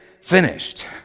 finished